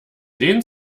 den